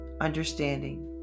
understanding